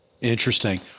Interesting